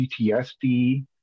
PTSD